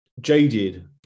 jaded